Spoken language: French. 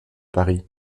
paris